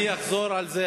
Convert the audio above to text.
אני אחזור על זה.